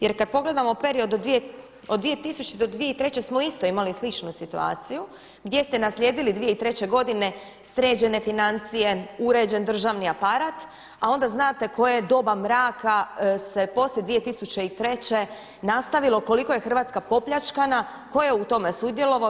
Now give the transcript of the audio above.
Jer kad pogledamo period od 2000. do 2003. smo isto imali sličnu situaciju gdje ste naslijedili 2003. godine sređene financije, uređen državni aparat a onda znate koje je doba mraka se poslije 2003. nastavilo, koliko je Hrvatska popljačkana, ko je u tome sudjelovao?